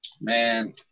Man